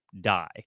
die